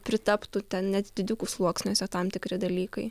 pritaptų ten net didikų sluoksniuose tam tikri dalykai